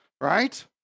right